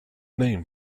name